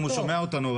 זה